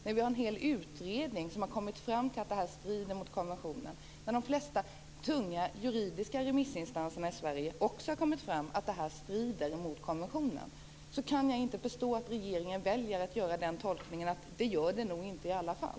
En hel utredning har kommit fram till att det strider mot konventionen. De flesta tunga juridiska remissinstanserna i Sverige har också kommit fram till att det strider mot konventionen. Då kan jag inte förstå att regeringen väljer att göra tolkningen att det nog inte gör det i alla fall.